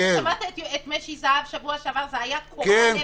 שמעת את משי זהב בשבוע שעבר, זה היה קורע לב.